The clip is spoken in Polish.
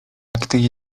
traktuję